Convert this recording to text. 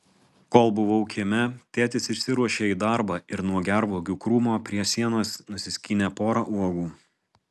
kol buvau kieme tėtis išsiruošė į darbą ir nuo gervuogių krūmo prie sienos nusiskynė porą uogų